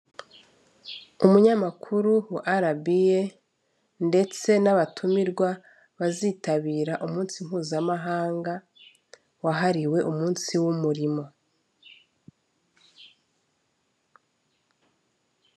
Umunyamakuru wa RBA ndetse n'abatumirwa bazitabira umunsi mpuzamahanga wahariwe umunsi w'umurimo.